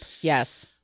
Yes